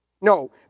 No